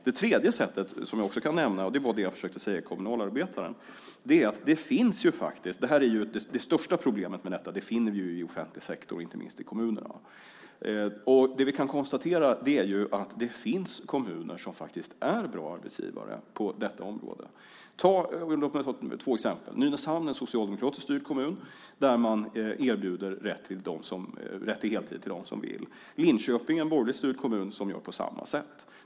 Det tredje sättet, som var det jag försökte säga i Kommunalarbetaren, var att det faktiskt - trots att vi kan konstatera att de största problemen med detta finns i offentlig sektor, inte minst i kommunerna - finns kommuner som är bra arbetsgivare. Låt mig ta två exempel. Nynäshamn är en socialdemokratiskt styrd kommun där man erbjuder rätt till heltid för dem som vill. Linköping är en borgerligt styrd kommun som gör på samma sätt.